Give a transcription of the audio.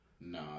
No